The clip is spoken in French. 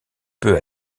peu